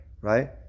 right